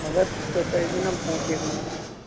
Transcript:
مگر تۄہہِ پَززِہیٚو نا برٛونٛٹھٕے وَنُن